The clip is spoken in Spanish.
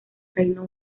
reino